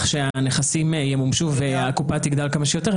שהנכסים ימומשו והקופה תגדל כמה שיותר,